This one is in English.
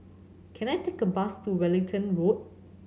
can I take a bus to Wellington Road